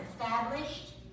established